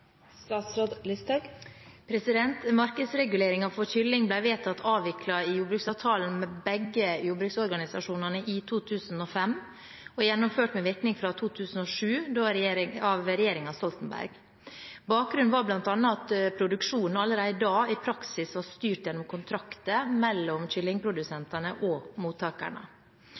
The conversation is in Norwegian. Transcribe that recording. for kylling ble vedtatt avviklet i jordbruksavtalen med begge jordbruksorganisasjonene i 2005 og gjennomført med virkning fra 2007 av regjeringen Stoltenberg. Bakgrunnen var bl.a. at produksjonen allerede da i praksis var styrt gjennom kontrakter mellom